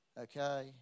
okay